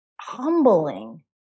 humbling